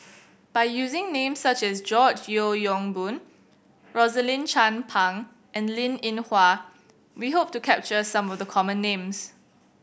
by using names such as George Yeo Yong Boon Rosaline Chan Pang and Linn In Hua we hope to capture some of the common names